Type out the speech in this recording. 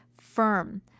firm